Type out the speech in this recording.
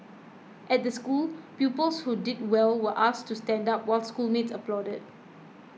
at the school pupils who did well were asked to stand up while schoolmates applauded